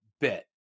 bit